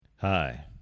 Hi